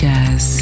Jazz